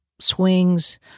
swings